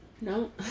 no